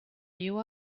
you